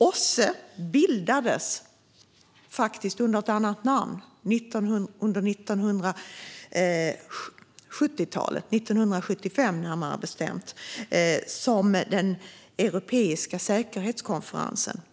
OSSE bildades 1975 under ett annat namn, Europeiska säkerhetskonferensen.